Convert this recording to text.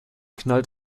knallt